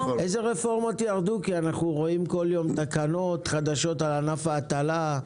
אנחנו רואים כל יום תקנות חדשות על ענף ההטלה.